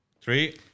three